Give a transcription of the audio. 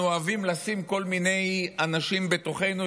אוהבים לשים כל מיני אנשים בתוכנו,